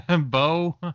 Bo